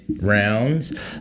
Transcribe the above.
rounds